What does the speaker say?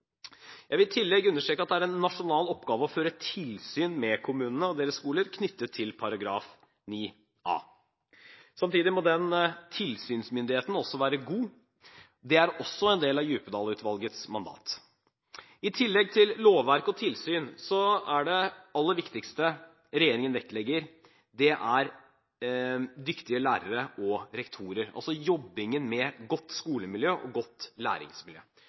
Jeg vil i tillegg understreke at det er en nasjonal oppgave å føre tilsyn med kommunene og deres skoler knyttet til § 9a. Samtidig må den tilsynsmyndigheten være god, det er også en del av Djupedal-utvalgets mandat. I tillegg til lovverk og tilsyn er det aller viktigste regjeringen vektlegger, dyktige lærere og rektorer, altså jobbingen med godt skolemiljø og godt læringsmiljø,